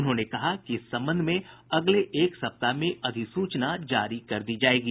उन्होंने कहा कि इस संबंध में अगले एक सप्ताह में अधिसूचना जारी कर दी जायेगी